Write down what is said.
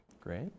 Great